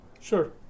Sure